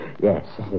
yes